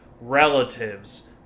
relatives